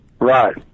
Right